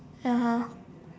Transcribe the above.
(uh huh)